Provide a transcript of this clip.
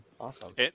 Awesome